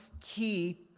key